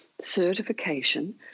certification